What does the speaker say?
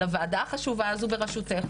לוועדה החשובה הזו ברשותך,